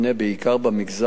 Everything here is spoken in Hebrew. בעיקר במגזר הלא-יהודי,